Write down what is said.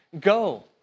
go